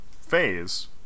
phase